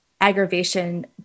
aggravation